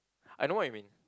I know what you mean